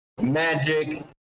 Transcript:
magic